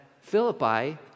Philippi